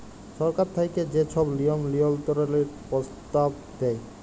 সরকার থ্যাইকে যে ছব লিয়ম লিয়ল্ত্রলের পরস্তাব দেয়